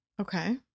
Okay